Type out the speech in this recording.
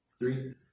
Three